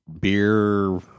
beer